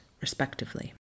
respectively